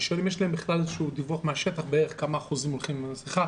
אני שואל אם יש להם בכלל נתון שאומר כמה מהציבור הולכים עם מסכה.